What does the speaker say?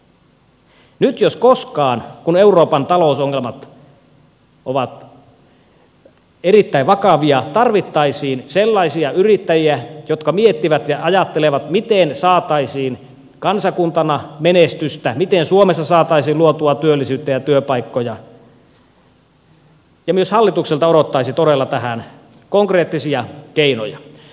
nyt jos koskaan kun euroopan talousongelmat ovat erittäin vakavia tarvittaisiin sellaisia yrittäjiä jotka miettivät ja ajattelevat miten saataisiin kansakuntana menestystä miten suomessa saataisiin luotua työllisyyttä ja työpaikkoja ja myös hallitukselta odottaisi todella tähän konkreettisia keinoja